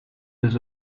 des